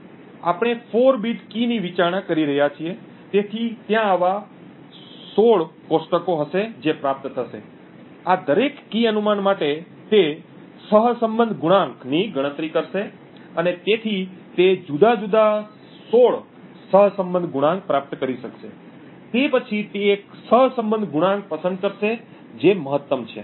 આપણે 4 bit key ની વિચારણા કરી રહ્યા છીએ તેથી ત્યાં આવા 16 કોષ્ટકો હશે જે પ્રાપ્ત થશે આ દરેક કી અનુમાન માટે તે સહસંબંધ ગુણાંક ની ગણતરી કરશે અને તેથી તે જુદા જુદા 16 સહસંબંધ ગુણાંક પ્રાપ્ત કરી શકશે તે પછી તે એક સહસંબંધ ગુણાંક પસંદ કરશે જે મહત્તમ છે